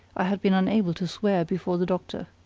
i had been unable to swear before the doctor.